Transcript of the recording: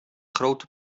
grote